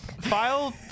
file